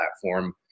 platform